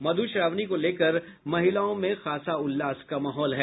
मधुश्रावणी को लेकर महिलाओं मे उल्लास का माहौल है